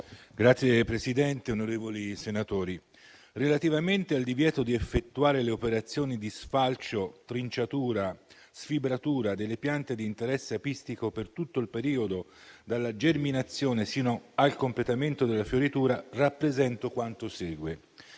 Signora Presidente, onorevoli senatori, relativamente al divieto di effettuare le operazioni di sfalcio, trinciatura e sfibratura delle piante di interesse apistico per tutto il periodo dalla germinazione sino al completamento della fioritura, rappresento quanto segue.